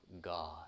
God